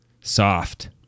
soft